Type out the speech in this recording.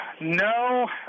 No